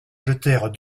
jetèrent